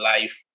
life